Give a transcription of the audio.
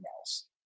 else